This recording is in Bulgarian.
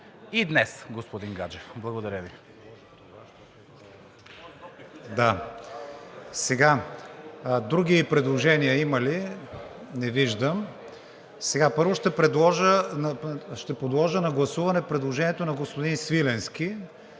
И днес, господин Гаджев. Благодаря Ви. Други предложения има ли? Не виждам. Първо ще подложа на гласуване предложението на господин Свиленски,